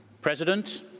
President